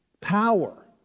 power